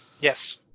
Yes